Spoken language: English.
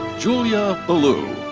julia bellew.